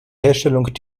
herstellung